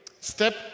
Step